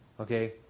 Okay